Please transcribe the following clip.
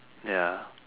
ya